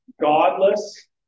godless